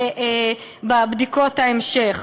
בבדיקות ההמשך,